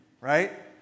right